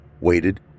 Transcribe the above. waited